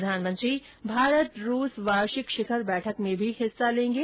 प्रधानमंत्री भारत रूस वार्षिक शिखर बैठक में भी हिस्सा लेंगे